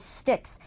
sticks